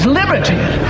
liberty